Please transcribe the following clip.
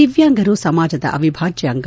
ದಿವ್ಯಾಂಗರು ಸಮಾಜದ ಅವಿಭಾಜ್ಯ ಅಂಗ